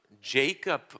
Jacob